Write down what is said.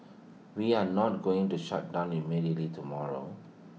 we are not going to shut down immediately tomorrow